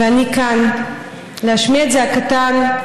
ואני כאן כדי להשמיע את זעקתן: